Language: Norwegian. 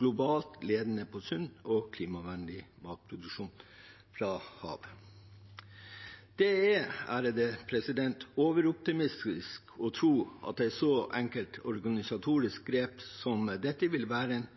globalt ledende på sunn og klimavennlig matproduksjon fra havet. Det er overoptimistisk å tro at et så enkelt organisatorisk grep som dette vil være en